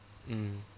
mm